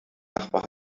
nachbar